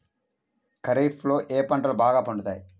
ఖరీఫ్లో ఏ పంటలు బాగా పండుతాయి?